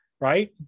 right